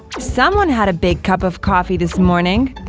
someone had a big cup of coffee this morning!